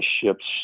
ship's